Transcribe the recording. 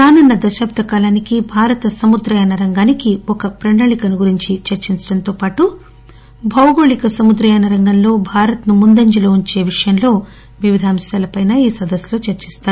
రానున్న దశాబ్ద కాలానికి భారత సముద్రయాన రంగానికి ఒక ప్రణాళికను గురించి చర్చించటంతోపాటు భౌగోళిక సముద్రయాన రంగంలో భారత్ ను ముందంజలో ఉంచే విషయంలో వివిధ అంశాలపై ఈ సదస్సులో చర్చిస్తారు